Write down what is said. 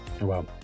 Wow